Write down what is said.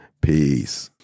Peace